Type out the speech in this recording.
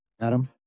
Adam